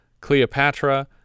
Cleopatra